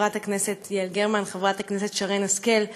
חברת הכנסת יעל גרמן וחברת הכנסת שרן השכל,